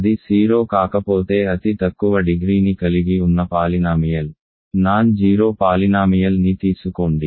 అది 0 కాకపోతే అతి తక్కువ డిగ్రీని కలిగి ఉన్న పాలినామియల్ నాన్ జీరో పాలినామియల్ ని తీసుకోండి